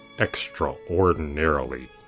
extraordinarily